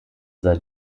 sah